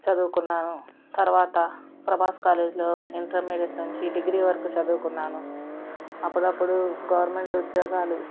చదువుకున్నాను తరువాత ప్రభాస్ కాలేజీలో ఇంటర్మీడియట్ నుంచి డిగ్రీ వరకు చదువుకున్నాను అప్పుడప్పుడు గవర్నమెంట్ ఉద్యోగాలు